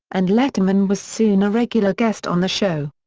and letterman was soon a regular guest on the show.